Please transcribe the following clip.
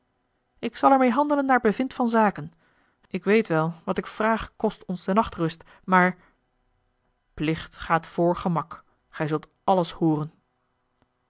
ik zal er meê handelen naar bevind van zaken ik weet wel wat ik vraag kost ons de nachtrust maar plicht gaat voor gemak gij zult alles hooren